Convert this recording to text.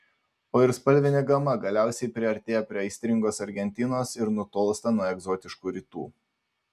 o ir spalvinė gama galiausiai priartėja prie aistringos argentinos ir nutolsta nuo egzotiškų rytų